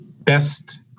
Best